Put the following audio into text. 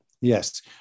Yes